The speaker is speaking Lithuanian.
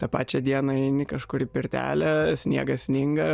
tą pačią dieną eini kažkur į pirtelę sniegas sninga